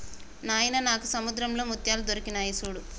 నాయిన నాకు సముద్రంలో ముత్యాలు దొరికాయి సూడు